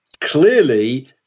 Clearly